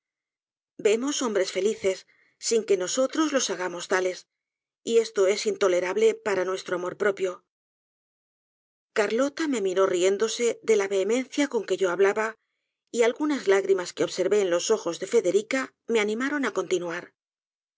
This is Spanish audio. vemos hombres felices sin que nosotros los hagamos tales y esto es intolerable para nuestro amor propio carlota me miró riéndose déla vehemencia con que yo hablaba y algunas lágrimas que observé en los ojos de federica me animaron á continuar